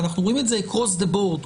אבל אנחנו רואים את זה across the board.